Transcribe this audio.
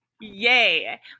Yay